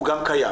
והוא גם קיים.